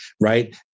right